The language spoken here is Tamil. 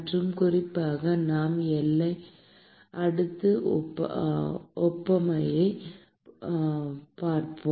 மற்றும் குறிப்பாக நாம் எல்லை அடுக்கு ஒப்புமையைப் பார்ப்போம்